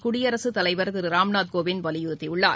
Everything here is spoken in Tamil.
குடியரசுத்தலைவர் திரு ராம்நாத் கோவிந்த் வலியுறுத்தியுள்ளார்